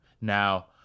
Now